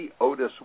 Otis